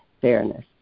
fairness